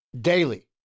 daily